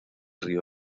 río